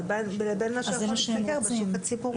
לבין מה שיכול להשתכר בשוק הציבורי?